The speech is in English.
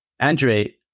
Andre